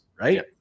right